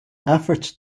efforts